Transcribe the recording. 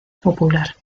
popular